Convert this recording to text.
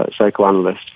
psychoanalyst